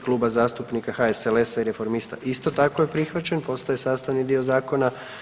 Kluba zastupnika HSLS-a i Reformista isto tako je prihvaćen, postaje sastavni dio zakona.